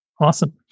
Awesome